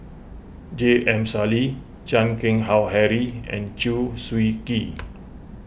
J M Sali Chan Keng Howe Harry and Chew Swee Kee